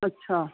ਅੱਛਾ